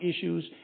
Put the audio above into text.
issues